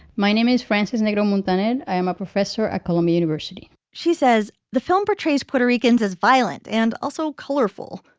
my name is francis natoma bennett. i am a professor at columbia university she says the film portrays puerto ricans as violent and also colorful.